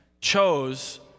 chose